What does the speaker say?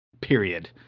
period